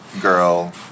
girl